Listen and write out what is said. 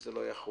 שזה לא יחול.